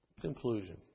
Conclusion